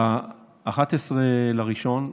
ב-11 בינואר,